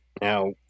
Now